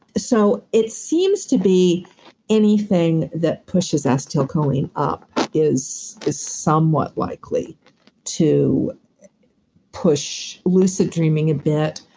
so, it seems to be anything that pushes acetylcholine up is is somewhat likely to push lucid dreaming a bit,